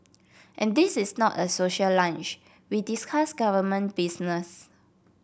and this is not a social lunch we discuss government business